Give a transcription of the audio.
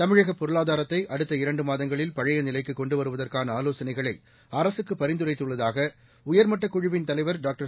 தமிழக பொருளாதாரத்தை அடுத்த இரண்டு மாதங்களில் பழைய நிலைக்கு கொண்டு ஆலோசனைகளை அரசுக்கு பரிந்துரைத்துள்ளதாக உயர்மட்டக் வருவதற்கான குழுவின் தலைவர் டாக்டர்